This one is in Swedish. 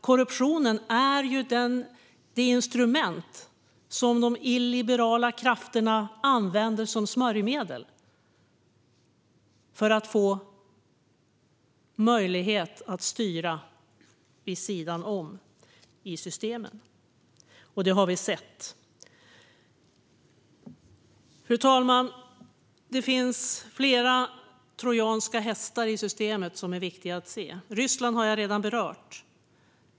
Korruptionen är det instrument som de illiberala krafterna använder som smörjmedel för att få möjlighet att styra vid sidan av systemet. Detta har vi sett. Fru talman! Det finns flera trojanska hästar i systemet som det är viktigt att se. Ryssland har jag redan berört.